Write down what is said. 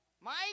Mike